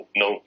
no